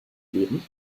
geben